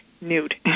nude